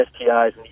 STIs